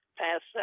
past